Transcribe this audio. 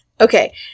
Okay